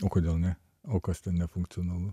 o kodėl ne o kas ten nefunkcionalu